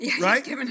right